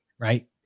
Right